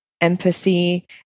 empathy